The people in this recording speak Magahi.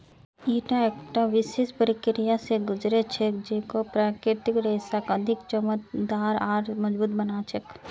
ईटा एकता विशेष प्रक्रिया स गुज र छेक जेको प्राकृतिक रेशाक अधिक चमकदार आर मजबूत बना छेक